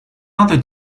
other